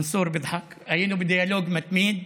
(אומר בערבית: מנסור צוחק.) היינו בדיאלוג מתמיד,